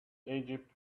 egypt